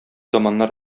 заманнар